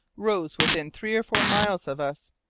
rose within three or four miles of us.